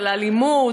על הלימוד,